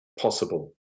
Possible